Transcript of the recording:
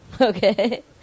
Okay